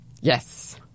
Yes